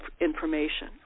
information